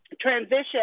transition